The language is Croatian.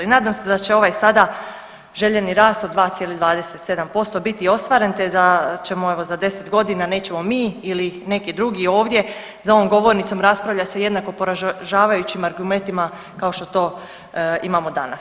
I nadam se da će ovaj sada željeni rast od 2,27% biti ostvaren, te da ćemo evo za 10 godina nećemo mi ili neki drugi ovdje za ovom govornicom raspravljati sa jednako poražavajućim argumentima kao što to imamo danas.